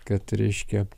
kad reiškia